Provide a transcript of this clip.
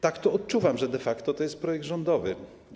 Tak to odczuwam, że de facto jest to projekt rządowy.